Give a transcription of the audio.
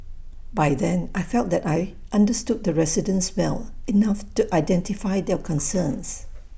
by then I felt that I understood the residents well enough to identify their concerns